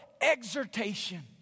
exhortation